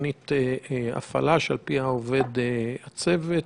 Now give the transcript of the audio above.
תבנית הפעלה שעל פיה עובד צוות.